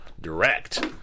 direct